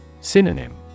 Synonym